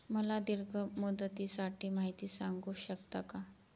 मला दीर्घ मुदतीसाठी माहिती सांगू शकता का?